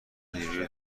نیروی